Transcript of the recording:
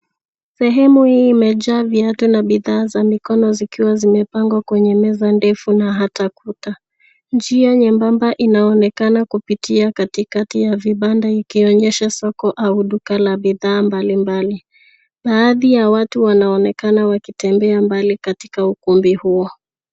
Sehemu hii imejaa viatu na bidhaa za mikono zikiwa zimepangwa kwenye meza ndefu na hata kuta. Njia nyembamba inaonekana kupitia katikati ya vibanda hivi ikionyesha soko au duka la bidhaa mbalimbali. Baadhi ya watu wanonekana wakitembea mbali katika ukumbi huo.